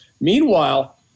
Meanwhile